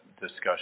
discussion